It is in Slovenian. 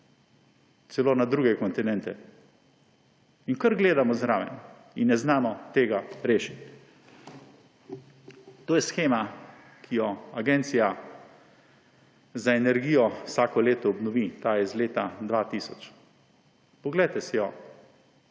celo na druge kontinente in kar gledamo zraven in ne znamo tega rešiti. To je shema, ki jo Agencija za energijo vsako leto obnovi. Ta je iz leta 2000. Poglejte si jo!